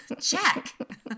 Check